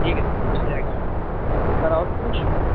ٹھیک ہے سر مل جائے گا آپ کو سر اور کچھ